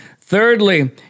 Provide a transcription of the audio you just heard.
Thirdly